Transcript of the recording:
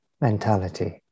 mentality